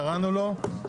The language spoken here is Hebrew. קראנו לו, בבקשה.